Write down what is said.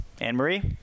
Anne-Marie